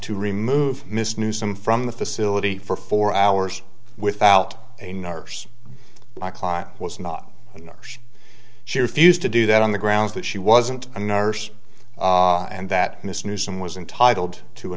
to remove miss newsome from the facility for four hours without a nurse my client was not a nurse she refused to do that on the grounds that she wasn't a nurse and that mr newsome was intitled to a